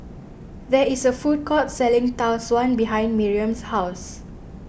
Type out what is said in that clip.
there is a food court selling Tau Suan behind Miriam's house